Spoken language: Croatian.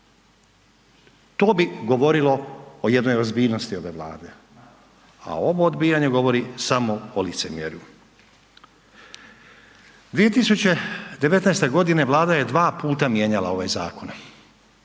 To bi govorilo o jednoj ozbiljnosti ove Vlade, a ovo odbijanje govori samo o licemjerju. 2019. Vlada je dva puta mijenjala ovaj zakon.